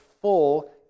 full